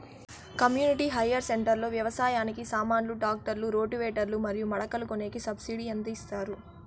community hire centre లో వ్యవసాయానికి సామాన్లు ట్రాక్టర్లు రోటివేటర్ లు మరియు మడకలు కొనేకి సబ్సిడి ఎంత ఇస్తారు